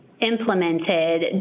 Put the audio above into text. implemented